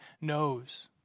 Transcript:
knows